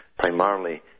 primarily